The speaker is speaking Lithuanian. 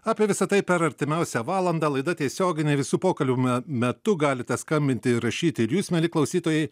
apie visa tai per artimiausią valandą laida tiesioginė visų pokalbių me metu galite skambinti ir rašyti ir jūs mieli klausytojai